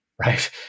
Right